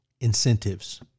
Incentives